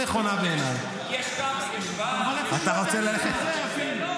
אני אמשיך בהקבלה הזאת של משחק: את זה אתה לא יכול לעשות במשחק הגמר.